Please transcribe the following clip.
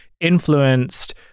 influenced